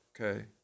Okay